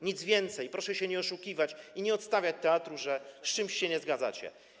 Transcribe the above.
Nic więcej, proszę się nie oszukiwać i nie odstawiać teatru, że z czymś się nie zgadzacie.